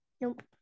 Nope